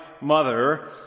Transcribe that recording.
mother